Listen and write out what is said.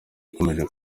ikomeje